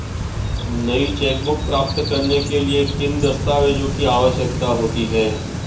नई चेकबुक प्राप्त करने के लिए किन दस्तावेज़ों की आवश्यकता होती है?